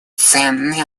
ценный